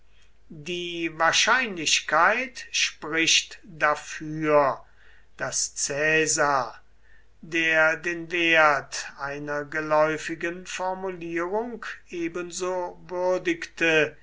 die wahrscheinlichkeit spricht dafür daß caesar der den wert einer geläufigen formulierung ebenso würdigte